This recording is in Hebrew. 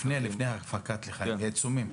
לפני הפקת לקחים, מה לגבי עיצומים?